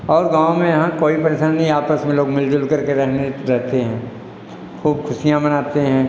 और गाँव में यहाँ कोई परेशानी आपस में लोग मिल जुल करके रहने रहते हैं खूब खुशियाँ मनाते हैं